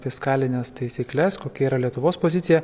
fiskalines taisykles kokia yra lietuvos pozicija